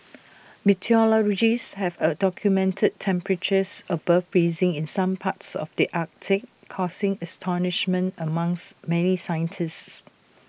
meteorologists have A documented temperatures above freezing in some parts of the Arctic causing astonishment among's many scientists